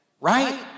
right